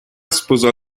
sposò